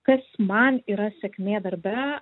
kas man yra sėkmė darbe